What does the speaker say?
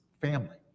family